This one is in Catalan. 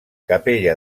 capella